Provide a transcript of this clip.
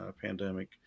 pandemic